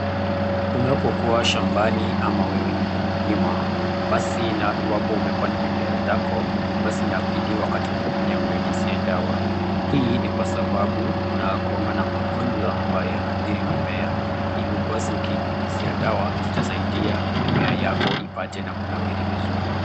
Unapokuwa shambani ama wewe ni mkulima, basi iwapo umepanda mimea zako basi unabidi wakati mwingine unyunyizie dawa, hii ni kwa sababu kunakuwanga n magonjwa ambayo yanahadhiri mimea, hivyo basi ukinyunyizia dawa zitasaidia mimea yako ipate na kunawiri vizuri